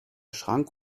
schrank